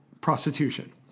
prostitution